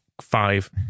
five